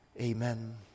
Amen